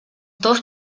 dos